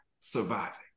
surviving